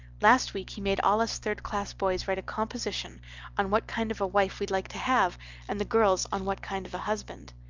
last week he made all us third-class boys write a composishun on what kind of a wife we'd like to have and the girls on what kind of a husband.